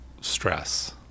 stress